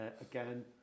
Again